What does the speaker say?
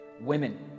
Women